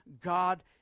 God